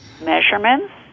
measurements